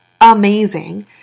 amazing